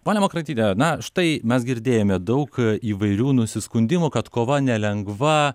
ponia makaraityte na štai mes girdėjome daug įvairių nusiskundimų kad kova nelengva